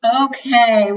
okay